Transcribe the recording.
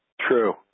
true